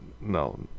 No